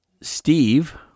Steve